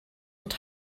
und